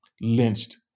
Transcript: lynched